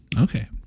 Okay